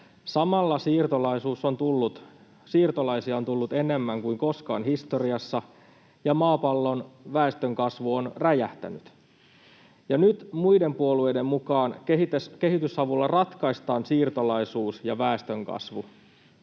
Samalla siirtolaisia on tullut enemmän kuin koskaan historiassa ja maapallon väestönkasvu on räjähtänyt. Ja nyt muiden puolueiden mukaan kehitysavulla ratkaistaan siirtolaisuus ja väestönkasvu,